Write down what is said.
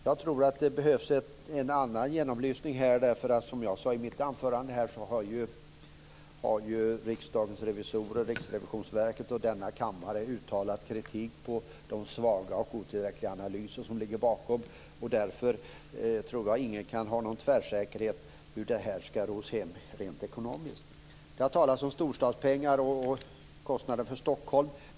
Jag tror att det behövs en annan genomlysning här. Som jag sade i mitt anförande har Riksdagens revisorer, Riksrevisionsverket och denna kammare uttalat kritik mot den svaga och otillräckliga analys som ligger bakom, och därför tror jag inte att någon kan säga tvärsäkert hur detta ska ros hem rent ekonomiskt. Det har talats om storstadspengar och kostnaden för Stockholm.